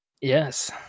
Yes